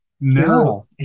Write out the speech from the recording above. No